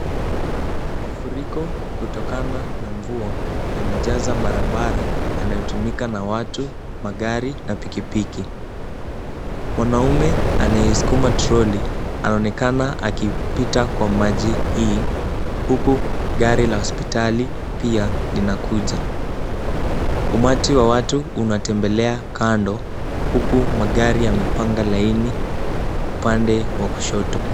Mafuriko kutokana na mvua yamejaza barabara yanayotumika na watu, magari na pikipiki. Mwanamume anayesukuma trolley anaonekana akipita kwa maji hii, huku gari la hospitali pia linakuja. Umati wa watu unatembelea kando huku magari yamepanga laini upande wa kushoto.